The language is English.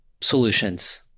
solutions